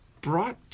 brought